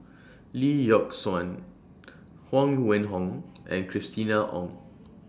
Lee Yock Suan Huang Wenhong and Christina Ong